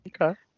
Okay